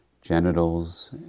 genitals